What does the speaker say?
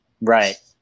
Right